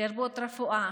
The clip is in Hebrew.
לרבות רפואה,